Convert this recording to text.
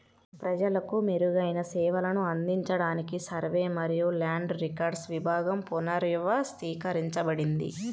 ప్రజలకు మెరుగైన సేవలను అందించడానికి సర్వే మరియు ల్యాండ్ రికార్డ్స్ విభాగం పునర్వ్యవస్థీకరించబడింది